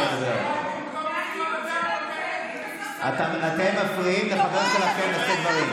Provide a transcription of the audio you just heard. חבר הכנסת יוראי להב, אתה מפריע לחבר שלך לדבר.